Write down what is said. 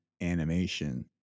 animation